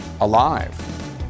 alive